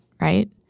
right